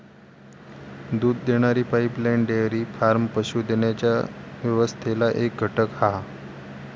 दूध देणारी pipeline dairy farm पशू देण्याच्या व्यवस्थेतला एक घटक हा